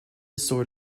sort